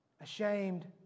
ashamed